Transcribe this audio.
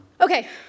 Okay